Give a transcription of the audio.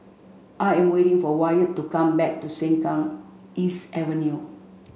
I am waiting for Wyatt to come back to Sengkang East Avenue